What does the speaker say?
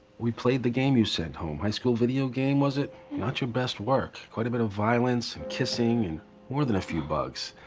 we played the game you sent home. high school video game, was it? not your best work. quite a bit of violence and kissing, and more than a few bugs.